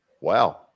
Wow